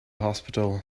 hospital